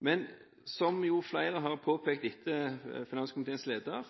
Men som flere har påpekt etter finanskomiteens leder: